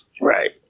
Right